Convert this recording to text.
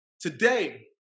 today